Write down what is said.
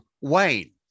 Wayne